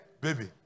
baby